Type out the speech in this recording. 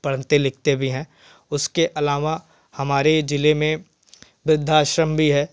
पढ़ते लिखते भी हैं उसके आलावा हमारे ज़िले में वृधाश्रम भी है